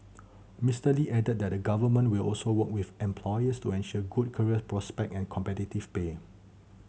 Mister Lee added that the Government will also work with employers to ensure good career prospect and competitive pay